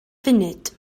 funud